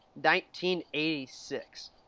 1986